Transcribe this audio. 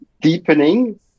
deepening